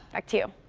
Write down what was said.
back to